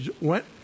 went